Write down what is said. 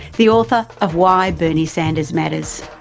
the author of why bernie sanders matters.